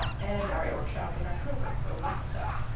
and a daria workshop in october. so lots of stuff.